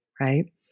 right